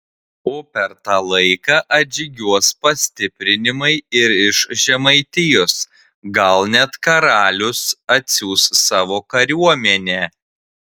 o per tą laiką atžygiuos pastiprinimai ir iš žemaitijos gal net karalius atsiųs savo kariuomenę